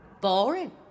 boring